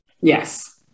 Yes